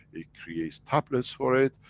it creates tablets for it,